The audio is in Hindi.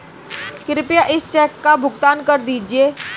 कृपया इस चेक का भुगतान कर दीजिए